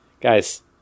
guys